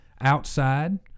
outside